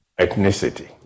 Ethnicity